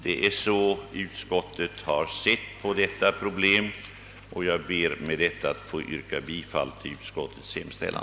Det är i huvudsak så utskottet har sett på detta problem, och jag ber att få yrka bifall till utskottets hemställan.